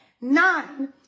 Nine